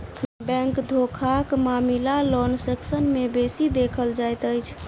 bank धोखाक मामिला loan section मे बेसी देखल जाइत अछि